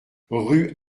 rue